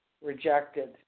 rejected